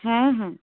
ହଁ ହଁ